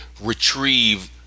retrieve